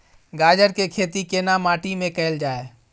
गाजर के खेती केना माटी में कैल जाए?